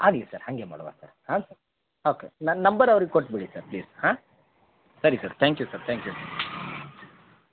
ಆಗ್ಲಿ ಸರ್ ಹಾಗೆ ಮಾಡುವ ಸರ್ ಹಾಂ ಓಕೆ ನನ್ನ ನಂಬರ್ ಅವ್ರಿಗೆ ಕೊಟ್ಟುಬಿಡಿ ಸರ್ ಪ್ಲೀಸ್ ಹಾಂ ಸರಿ sir thank you sir thank you